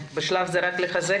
בשלב זה אנחנו יכולים רק לחזק.